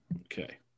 Okay